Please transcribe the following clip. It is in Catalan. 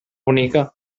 bonica